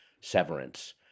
Severance